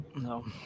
no